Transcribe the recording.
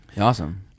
Awesome